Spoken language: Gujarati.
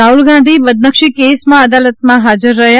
રાહ઼લ ગાંધી બદનક્ષી કેસમાં અદાલતમાં હાજર રહ્યા